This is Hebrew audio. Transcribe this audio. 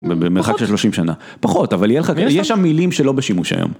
במרחק של 30 שנה, פחות אבל יש שם מילים שלא בשימוש היום.